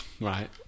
right